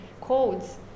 codes